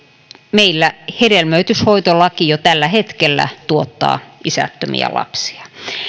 meillä hedelmöityshoitolaki jo tällä hetkellä tuottaa isättömiä lapsia